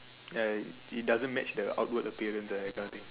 ya it doesn't match the outward appearance that kind of thing